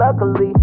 luckily